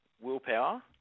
Willpower